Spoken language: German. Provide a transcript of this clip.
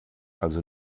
also